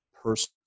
personal